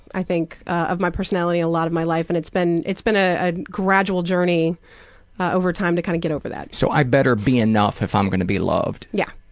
i think, of my personality, a lot of my life, and it's been it's been ah a gradual journey over time to kind of get over that. so i better be enough if i'm gonna be loved. yeah.